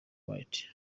white